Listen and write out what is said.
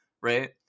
Right